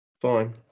fine